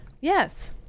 Yes